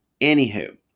Anywho